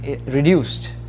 reduced